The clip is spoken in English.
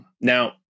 Now